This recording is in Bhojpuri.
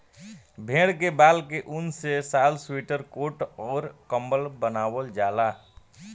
भेड़ के बाल के ऊन से शाल स्वेटर कोट अउर कम्बल बनवाल जाला